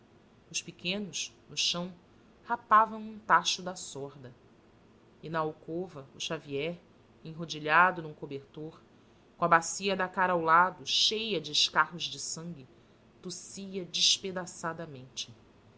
os pequenos no chão rapavam um tacho de acorda e na alcova o xavier enrodilhado num cobertor com a bacia da cara ao lado cheia de escarros de sangue tossia despedaçadamente